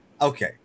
okay